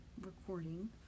recording